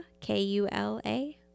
K-U-L-A